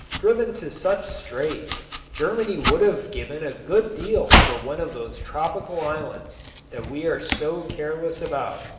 driven to such straits germany would have given a good deal for one of those tropical islands that we are so careless about.